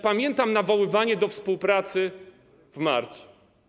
Pamiętam nawoływanie do współpracy w marcu.